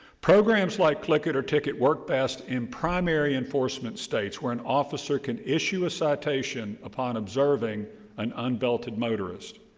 programs like click it or ticket work best in primary enforcement states where an officer can issue a citation upon observing an unbelted motorist.